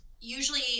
usually